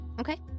Okay